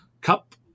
Cup